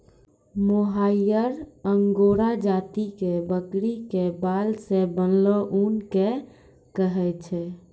मोहायिर angora जाति के बकरी के बाल सॅ बनलो ऊन कॅ कहै छै